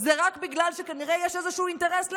היא רק בגלל שכנראה יש איזשהו אינטרס למישהו,